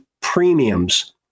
premiums